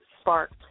Sparked